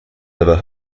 ever